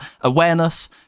awareness